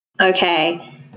Okay